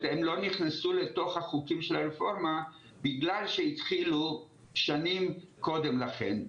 הם לא נכנסו לתוך החוקים של הרפורמה בגלל שהתחילו שנים קודם לכן,